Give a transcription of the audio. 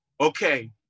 okay